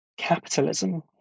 capitalism